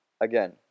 Again